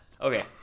Okay